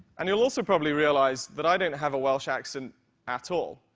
and you'll also probably realize that i don't have a welsh accent at all.